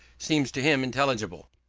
seems to him intelligible.